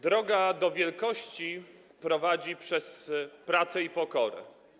Droga do wielkości prowadzi przez pracę i pokorę.